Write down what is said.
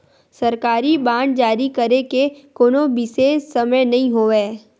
सरकारी बांड जारी करे के कोनो बिसेस समय नइ होवय